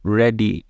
ready